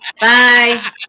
Bye